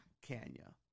Kenya